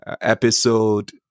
episode